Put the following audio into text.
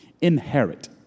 Inherit